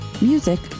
Music